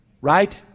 Right